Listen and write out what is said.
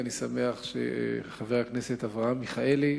ואני שמח שחבר הכנסת אברהם מיכאלי,